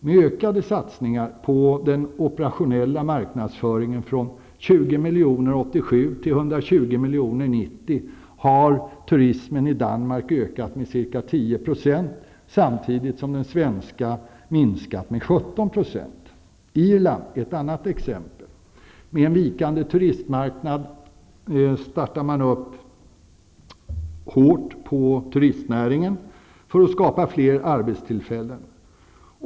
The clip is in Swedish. Med ökade satsningar på den operationella marknadsföringen -- från 20 miljoner Danmark ökat med ca 10 %, samtidigt som den svenska minskat med 17 %. Irland är ett annat exempel. Med en vikande turistmarknad satsade man hårt på turistnäringen för att skapa fler arbetstillfällen.